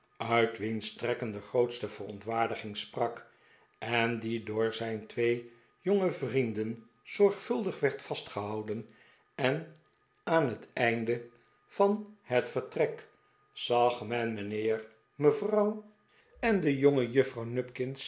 uit wiens trekken de grootste verontwaardiging sprak en die door zijn twee jongere vrienden zorgvuldig werd vastgehouden en aan het einde van de afrekening het vertrek zag men mijnheer mevrouw en de jongejuffrouw